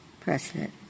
precedent